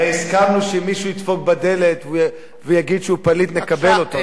הרי הסכמנו שמי שידפוק בדלת ויגיד שהוא פליט נקבל אותו,